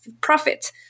Profit